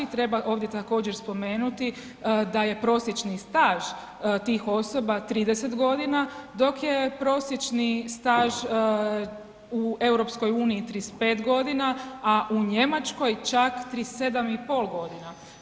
Treba ovdje također spomenuti da je prosječni staž tih osoba 30 g. dok je prosječni staž u EU-u 35 g. a u Njemačkoj čak 37,5 godina.